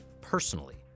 personally